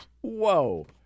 whoa